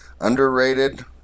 Underrated